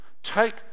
take